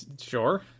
Sure